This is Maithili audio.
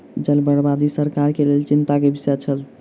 जलक बर्बादी सरकार के लेल चिंता के विषय छल